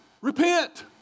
Repent